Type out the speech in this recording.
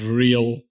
real